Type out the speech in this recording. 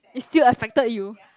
is still affected you